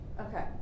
Okay